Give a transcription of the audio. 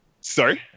Sorry